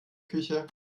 küche